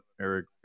Eric